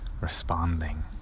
responding